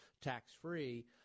tax-free